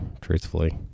truthfully